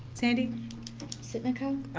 sandy sitnikau?